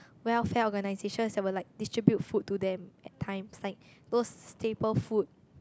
welfare organizations that will like distribute food to them at times like those staple food